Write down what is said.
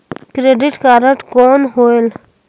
Credit card कौन होएल?